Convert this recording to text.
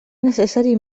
necessari